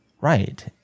Right